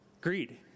greed